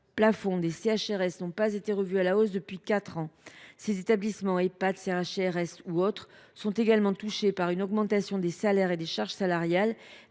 sociale (CHRS) n’ont pas été revus à la hausse depuis quatre ans. Ces établissements – Ehpad, CHRS ou autres – sont également touchés par une augmentation des salaires et des charges salariales.